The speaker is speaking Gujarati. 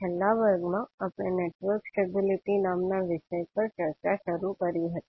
છેલ્લા વર્ગમાં આપણે નેટવર્ક સ્ટેબિલિટી નામના વિષય પર ચર્ચા શરૂ કરી હતી